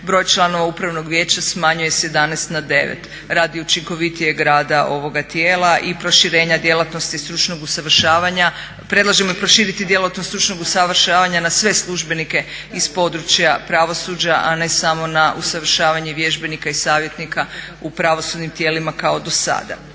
broj članova upravnog vijeća smanjuje s 11 na 9 radi učinkovitijeg rada ovoga tijela i proširenja djelatnosti stručnog usavršavanja, predlažemo proširiti djelatnost stručnog usavršavanja na sve službenike iz područja pravosuđa, a ne samo na usavršavanje vježbenika i savjetnika u pravosudnim tijelima kao dosada.